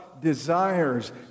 desires